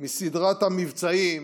מסדרת המבצעים